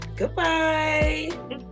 Goodbye